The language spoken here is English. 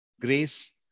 Grace